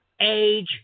Age